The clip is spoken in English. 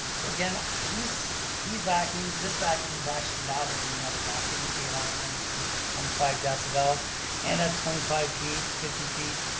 so again, these these vacuums, this vacuum is actually louder than the other vacuum. it gave off ninety three point five decibels and at twenty five feet, fifty feet,